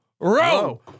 row